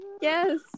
Yes